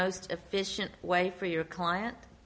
most efficient way for your client